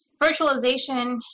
virtualization